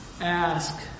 ask